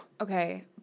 Okay